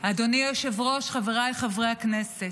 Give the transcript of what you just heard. היושב-ראש, חבריי חברי הכנסת,